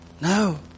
No